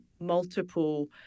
multiple